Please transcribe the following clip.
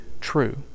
true